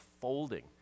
folding